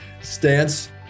Stance